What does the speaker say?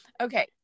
Okay